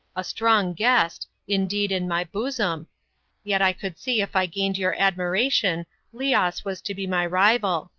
a strong guest indeed, in my bosom yet i could see if i gained your admiration leos was to be my rival.